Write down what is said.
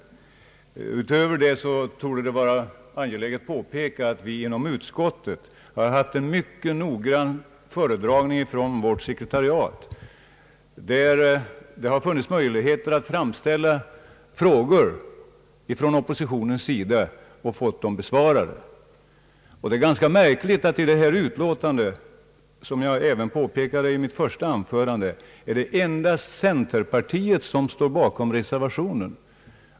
Det är dessutom angeläget påpeka att vi inom utskottet haft en mycket noggrann föredragning från vårt sekretariat, där det för oppositionen funnits möjligheter att framställa frågor och få dem besvarade. Det är märkligt — som jag även påpekade i mitt första anförande — att i detta utlåtande är det endast centerpartiet som står bakom reservationen.